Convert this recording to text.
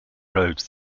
roads